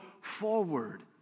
forward